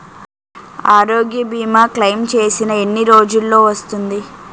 ఆరోగ్య భీమా క్లైమ్ చేసిన ఎన్ని రోజ్జులో వస్తుంది?